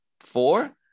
Four